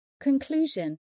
Conclusion